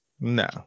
No